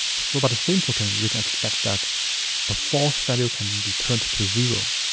so by the same token, we can expect that a false value can be turned to zero.